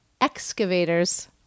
excavators